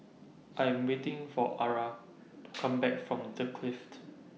I Am waiting For Arah to Come Back from The Clift